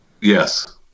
Yes